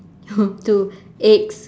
oh two eggs